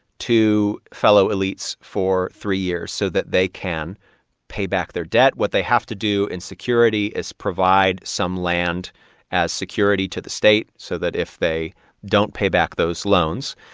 to fellow elites for three years so that they can pay back their debt. what they have to do in security is provide some land as security to the state so that if they don't pay back those loans,